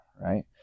Right